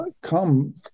come